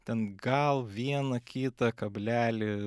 ten gal vieną kitą kablelį